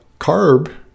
CARB